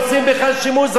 עושים בך שימוש,